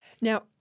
Now